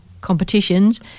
competitions